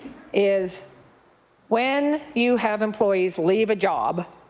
is when you have employees leave a job,